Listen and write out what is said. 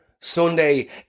Sunday